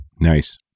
Nice